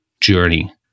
journey